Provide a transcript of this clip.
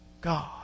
God